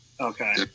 Okay